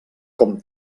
com